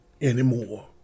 Anymore